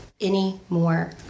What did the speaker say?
anymore